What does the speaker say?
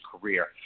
career